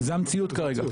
כי זה המציאות כרגע.